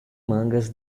mangas